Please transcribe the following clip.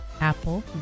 Apple